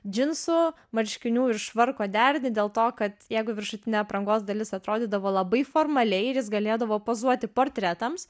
džinsų marškinių ir švarko derinį dėl to kad jeigu viršutinė aprangos dalis atrodydavo labai formaliai ir jis galėdavo pozuoti portretams